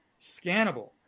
scannable